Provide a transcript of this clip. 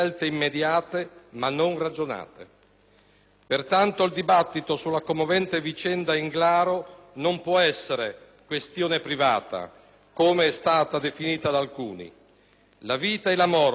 Pertanto, il dibattito sulla commovente vicenda Englaro non può essere «questione privata», come è stata definita da alcuni. La vita e la morte hanno sempre una natura collettiva;